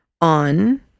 on